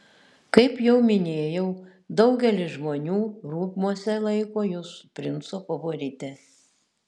kaip jau minėjau daugelis žmonių rūmuose laiko jus princo favorite